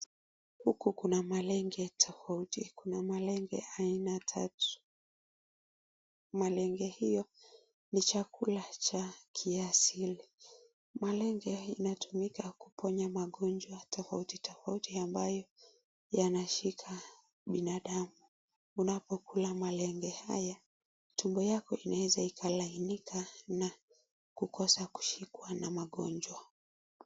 Huko kuna malenge tofauti, kuna malenge aina tatu, malenge hio ni chakula cha kiasili, na malenge inatumika kwenye magonjwa tofauti tofauti ambayo yanashika binadamu, unapokula malenge haya, tumbo yako inaweza kulainika na kukosa kushikwa na magonjwa.